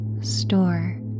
store